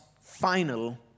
final